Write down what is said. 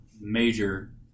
major